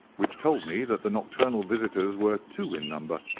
which told me that the nocturnal visitors were two in number,